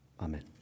Amen